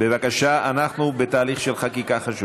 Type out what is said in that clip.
בבקשה, אנחנו בתהליך חשוב של חקיקה.